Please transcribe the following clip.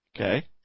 Okay